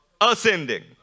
ascending